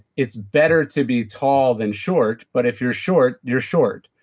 it's better to be tall than short, but if you're short, you're short.